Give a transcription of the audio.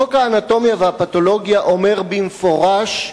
חוק האנטומיה והפתולוגיה אומר במפורש: